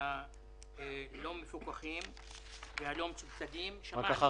הלא מפוקחים והלא מסובסדים, מה שנקרא